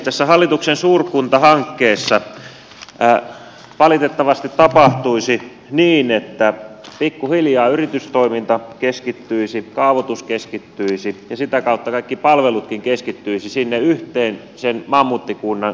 tässä hallituksen suurkuntahankkeessa valitettavasti tapahtuisi niin että pikkuhiljaa yritystoiminta keskittyisi kaavoitus keskittyisi ja sitä kautta kaikki palvelutkin keskittyisivät sen mammuttikunnan yhteen keskuspaikkaan